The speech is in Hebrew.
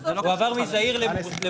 לא, הוא לא נופל, הוא יכול